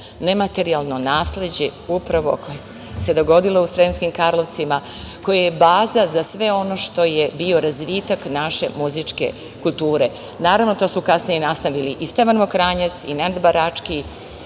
nematerijalno nasleđe koje se dogodilo u Sremskim Karlovcima, koje je baza za sve ono što je bio razvitak naše muzičke kulture. Naravno, to su kasnije nastavili i Stevan Mokranjac, i Nenad Barački,